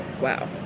Wow